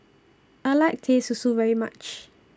I like Teh Susu very much